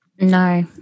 No